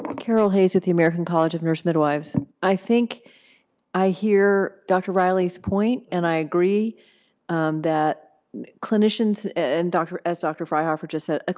carol hayes with the american college of nurse midwives. i think i hear dr. riley's point and i agree that clinicians, and as dr. fryhofer just said, ah